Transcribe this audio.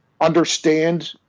understand